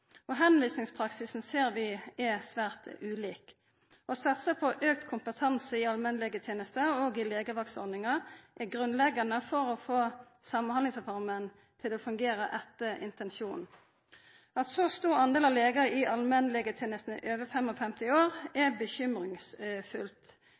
spesialisthelsetenesta. Tilvisingpraksisen ser vi er svært ulik. Det å satsa på auka kompetanse i allmennlegetenesta og i legevaktsordninga er grunnleggande for å få Samhandlingsreforma til å fungera etter intensjonen. At ein så stor del av legar i allmennlegetenesta er over 55 år,